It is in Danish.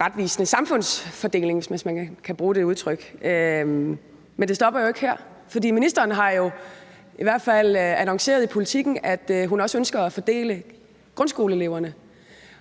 retvisende samfundsfordeling, hvis man kan bruge det udtryk. Men det stopper jo ikke her, for ministeren har jo i hvert fald annonceret i Politiken, at hun også ønsker at fordele grundskoleeleverne,